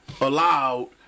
allowed